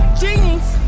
jeans